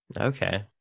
okay